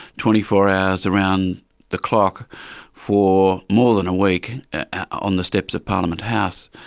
twenty four hours around the clock for more than a week on the steps of parliament house.